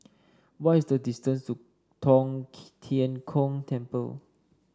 what is the distance to Tong Tien Kung Temple